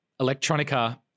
electronica